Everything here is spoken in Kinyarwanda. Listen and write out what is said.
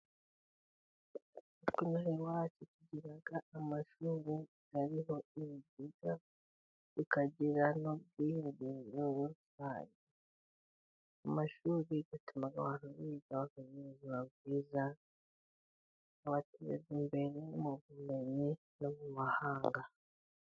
uku nariwa hacu tugiraga amashuri ubu harihoho ibiziga tukagera no kungu ubu amashuri bigatuma abantu biyigaraga ba bwiza abateza imbere nk' mu bumenyi no mu mahanga